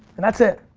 and that's it.